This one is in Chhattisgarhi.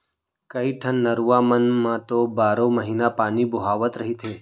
कइठन नरूवा मन म तो बारो महिना पानी बोहावत रहिथे